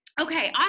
okay